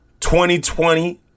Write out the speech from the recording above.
2020